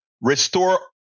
restore